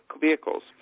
vehicles